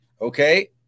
Okay